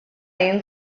jien